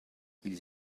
ils